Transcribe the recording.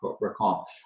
recall